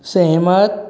सहमत